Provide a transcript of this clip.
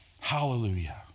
Hallelujah